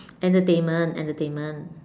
entertainment entertainment